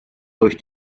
durch